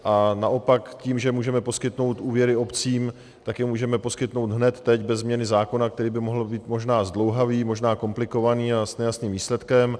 A naopak tím, že můžeme poskytnout úvěry obcím, tak je můžeme poskytnout hned teď beze změny zákona, který by mohl být možná zdlouhavý, možná komplikovaný a s nejasným výsledkem.